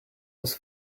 was